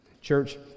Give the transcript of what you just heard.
Church